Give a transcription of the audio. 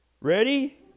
Ready